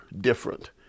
different